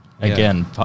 Again